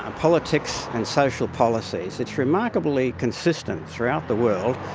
ah politics and social policies. it's remarkably consistent throughout the world,